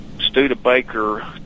Studebaker